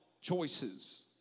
choices